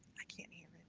i can't hear.